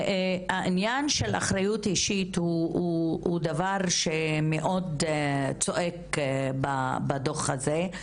העניין של אחריות אישית הוא דבר שמאוד צועק בדוח הזה,